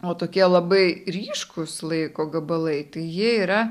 o tokie labai ryškūs laiko gabalai tai jie yra